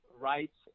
rights